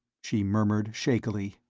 she murmured, shakily.